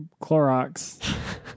Clorox